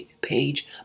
Page